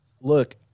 look